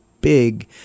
Big